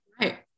right